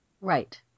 right